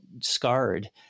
scarred